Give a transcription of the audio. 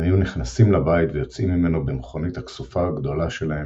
הם היו נכנסים לבית ויוצאים ממנו במכונית הכסופה הגדולה שלהם,